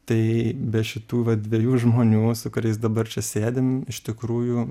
tai be šitų va dviejų žmonių su kuriais dabar čia sėdim iš tikrųjų